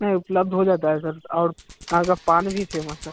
नहीं उपलब्ध हो जाता है सर और यहाँ का पान भी फेमस है